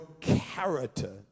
character